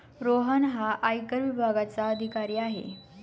रोहन हा आयकर विभागाचा अधिकारी आहे